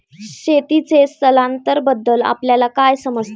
शेतीचे स्थलांतरबद्दल आपल्याला काय समजते?